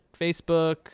Facebook